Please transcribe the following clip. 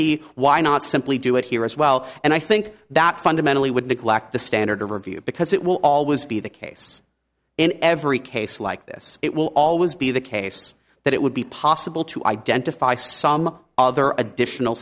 be why not simply do it here as well and i think that fundamentally would neglect the standard of review because it will always be the case in every case like this it will always be the case that it would be possible to identify some other additional